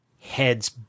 heads